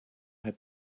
had